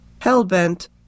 Hellbent